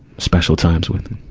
special times with them.